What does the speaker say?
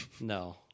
No